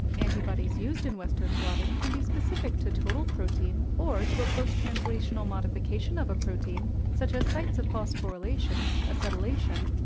antibodies used in western blotting can be specific to total protein, or to a post-translational modification of a protein, such as sites of phosphorylation, acetylation,